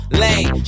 lane